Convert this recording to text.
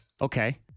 Okay